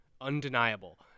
undeniable